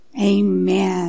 amen